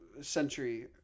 century